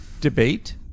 debate